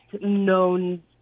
known